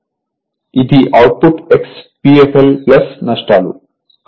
కాబట్టి ఇది output XPf l నష్టాలు